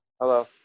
hello